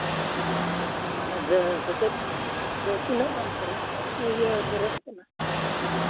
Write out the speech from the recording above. ᱥᱮᱪᱮᱫ ᱥᱮ ᱛᱤᱱᱟᱹᱜ ᱜᱟᱱ ᱤᱭᱟᱹ ᱵᱮᱨᱮᱫ ᱟᱠᱟᱱᱟ